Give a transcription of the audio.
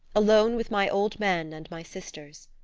alone with my old men and my sisters.